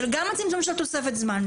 גם צמצום של תוספת זמן,